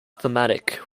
thematic